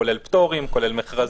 כולל פטורים, כולל מכרזים.